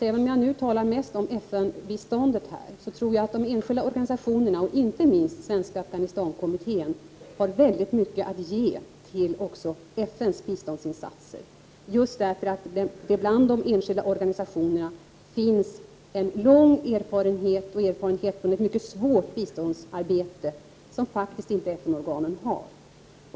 Även om jag nu talar mest om FN-biståndet tror jag att de enskilda organisationerna — inte minst Svenska Afghanistankommittén — har mycket att ge också när det gäller FN:s biståndsinsatser, just därför att det bland de enskilda organisationerna finns en lång erfarenhet från mycket svårt biståndsarbete, en erfarenhet som inte FN-organen har.